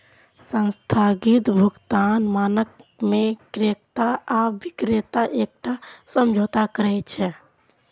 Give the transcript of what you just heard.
स्थगित भुगतान मानक मे क्रेता आ बिक्रेता एकटा समझौता करै छै